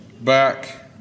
back